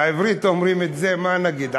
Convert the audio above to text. בעברית אומרים את זה, מה נגיד?